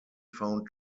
found